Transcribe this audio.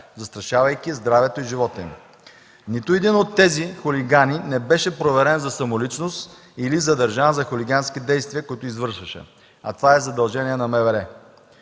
застрашавайки здравето и живота им. Нито един от тези хулигани не беше проверен за самоличност или задържан за хулигански действия, които извършваше. А това е задължение на МВР.